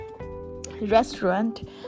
restaurant